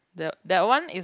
the that one is